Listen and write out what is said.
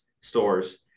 stores